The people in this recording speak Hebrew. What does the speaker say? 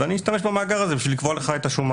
ואני אשתמש במאגר הזה בשביל לקבוע לך את השומה.